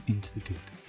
Institute